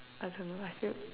I don't know I feel